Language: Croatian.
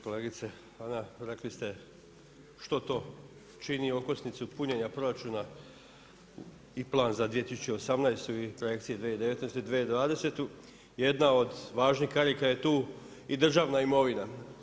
Kolegice Ana, rekli ste što to čini okosnicu punjenja proračuna i plan za 2018. i projekcije za 2019. i 2020. jedna od važnih karika je tu i državna imovina.